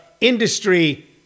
industry